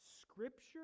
Scripture